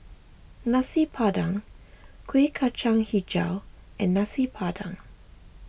Nasi Padang Kueh Kacang HiJau and Nasi Padang